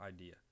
idea